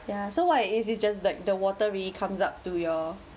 ya so what it is it's just like the watery comes up to your